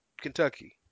Kentucky